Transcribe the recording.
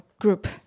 Group